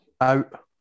out